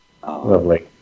lovely